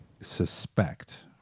suspect